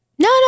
No